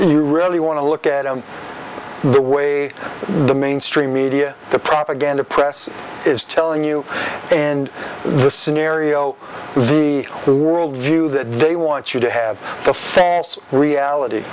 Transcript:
you really want to look at the way the mainstream media the propaganda press is telling you and the scenario the world view that they want you to have the reality